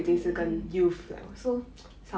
mm mm mm ya